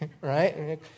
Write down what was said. right